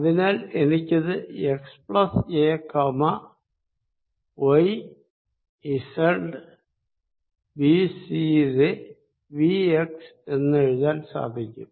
അതിനാൽ എനിക്കിത് x a y z bc യിലെ vx എന്നെഴുതാൻ സാധിക്കും